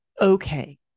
okay